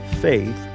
faith